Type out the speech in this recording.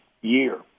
year